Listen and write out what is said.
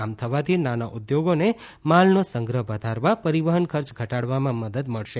આમ થવાથી નાના ઉદ્યોગોને માલનો સંગ્રહ વધારવા પરીવહન ખર્ચ ઘટાડવામાં મદદ મળશે